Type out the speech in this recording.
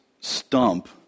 stump